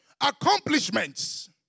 accomplishments